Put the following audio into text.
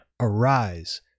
arise